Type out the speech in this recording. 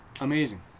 Amazing